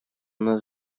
нас